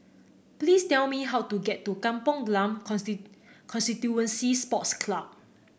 please tell me how to get to Kampong Glam Constituency Sports Club